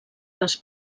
les